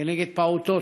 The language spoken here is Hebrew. נגד פעוטות,